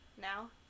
Now